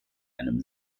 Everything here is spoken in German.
einem